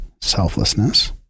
selflessness